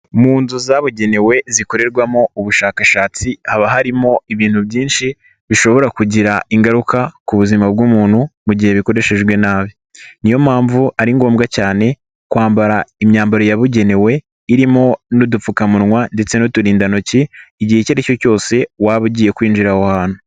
Mu nzu zabugenewe zikorerwamo ubushakashatsi haba harimo ibintu byinshi bishobora kugira ingaruka ku buzima bw'umuntu mu gihe bikoreshejwe nabi, niyo mpamvu ari ngombwa cyane kwambara imyambaro yabugenewe irimo n'udupfukamunwa ndetse n'uturindantoki igihe icyo ari cyo cyose waba ugiye kwinjira aho hantu.